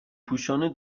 پوشان